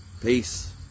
Peace